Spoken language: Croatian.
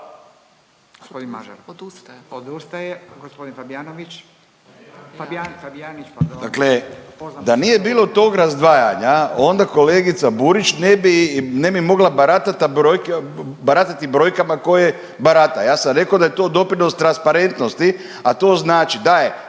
Gospodin Fabijanović. Fabijanić, pardon. **Fabijanić, Erik (Nezavisni)** Dakle, da nije bilo tog razdvajanja onda kolegica Burić ne bi mogla baratati brojkama koje barata. Ja sam rekao da je to doprinos transparentnosti, a to znači da je